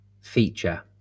feature